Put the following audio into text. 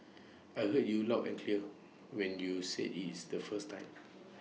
I heard you loud and clear when you said IT the first time